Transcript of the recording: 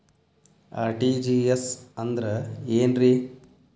RTGS ಅಂದ್ರ ಏನ್ರಿ?